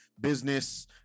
business